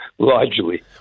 Largely